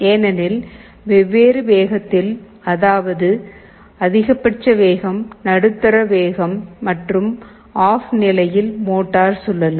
ஏனெனில் வெவ்வேறு வேகத்தில் அதாவது அதிகபட்ச வேகம் நடுத்தர வேகம் மற்றும் ஆஃப் நிலையில் மோட்டார் சுழலும்